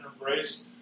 embrace